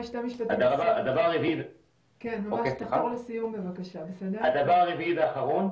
יוצאים מהבית שהאתר שאליו הם רוצים להגיע באמת יכול לאפשר להם